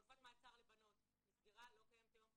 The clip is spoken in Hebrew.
חלופת מעצר לבנות נסגרה, לא קיימת היום.